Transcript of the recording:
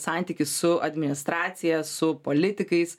santykį su administracija su politikais